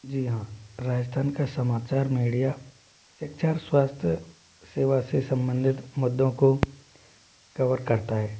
जी हाँ राजस्थान का समाचार मीडिया शिक्षा स्वास्थ्य सेवा से संबंधित मुद्दों को कवर करता है